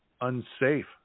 unsafe